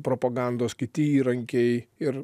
propagandos kiti įrankiai ir